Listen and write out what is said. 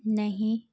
नहीं